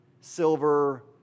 silver